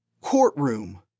Courtroom